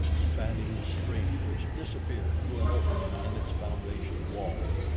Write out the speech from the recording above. spanning the stream which disappeared through an opening in its foundation wall.